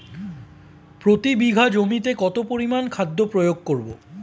প্রতি বিঘা জমিতে কত পরিমান খাদ্য প্রয়োগ করব?